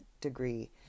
degree